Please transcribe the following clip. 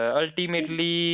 ultimately